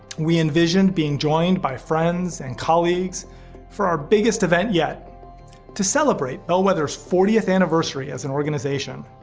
we envisioned being joined by friends and colleagues for our biggest event yet to celebrate bellwether's fortieth anniversary as an organization.